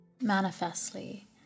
Manifestly